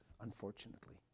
unfortunately